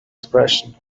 expression